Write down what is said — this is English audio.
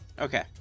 Okay